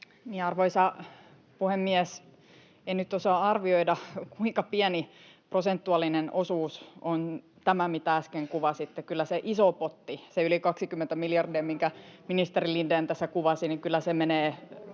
Arvoisa puhemies! En nyt osaa arvioida, kuinka pieni prosentuaalinen osuus on tämä, mitä äsken kuvasitte. Kyllä se iso potti, se yli 20 miljardia, minkä ministeri Lindén tässä kuvasi, [Jani Mäkelä: